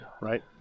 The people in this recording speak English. right